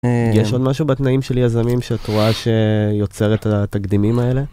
יש עוד משהו בתנאים של יזמים שאת רואה שיוצר את התקדימים האלה?